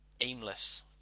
aimless